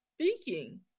speaking